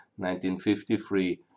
1953